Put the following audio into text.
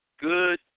good